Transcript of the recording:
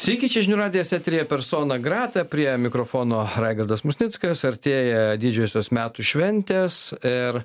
sveiki čia žinių radijas eteryje persona grata prie mikrofono raigardas musnickas artėja didžiosios metų šventės ir